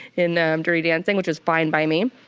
in um dirty dancing, which was fine by me.